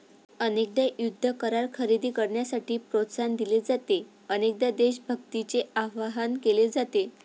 अनेकदा युद्ध करार खरेदी करण्यासाठी प्रोत्साहन दिले जाते, अनेकदा देशभक्तीचे आवाहन केले जाते